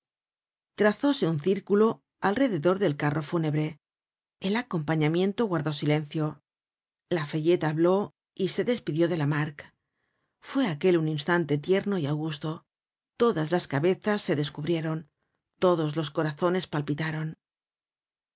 trazóse un círculo alrededor del carro fúnebre el acompañamiento guardó silencio lafayette habló y se despidió de lamarque fue aquel un instante tierno y augusto todas las cabezas se descubrieron todos los corazones palpitaron